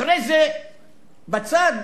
אחרי זה, בצד,